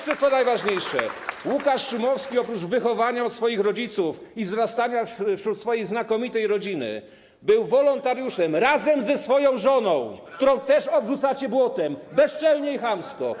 Co najważniejsze, Łukasz Szumowski oprócz wychowania przez swoich rodziców i wzrastania wśród swojej znakomitej rodziny był wolontariuszem razem ze swoją żoną, którą też obrzucacie błotem bezczelnie i chamsko.